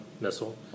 missile